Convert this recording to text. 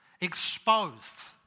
exposed